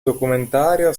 documentario